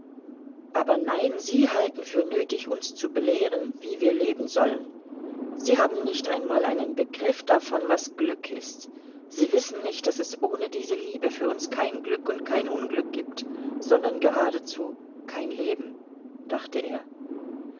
aber nein sie halten für nötig uns zu belehren wie wir leben sollen sie haben nicht einmal einen begriff davon was glück ist sie wissen nicht daß es ohne diese liebe für uns kein glück und kein unglück gibt sondern geradezu kein leben dachte er